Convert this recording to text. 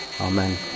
Amen